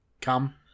come